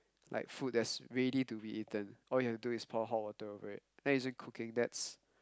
like food that's ready to be eaten all you have to do is pour hot water over it that isn't cooking that's